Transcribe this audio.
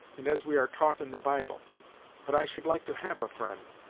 and as we are taught in the bible but i should like to have a friend!